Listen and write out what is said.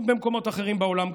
וגם במקומות אחרים בעולם,